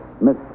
Miss